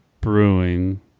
Brewing